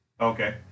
Okay